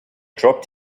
dropped